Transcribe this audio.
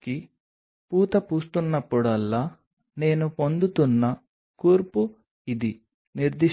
మనం నీటి బిందువుని చూసినప్పుడల్లా మన కామన్సెన్స్ ఏమిటంటే నీటి